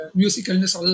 musicalness